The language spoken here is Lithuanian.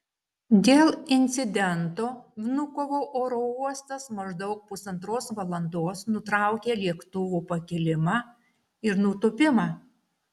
dėl incidento vnukovo oro uostas maždaug pusantros valandos nutraukė lėktuvų pakilimą ir nutūpimą